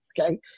Okay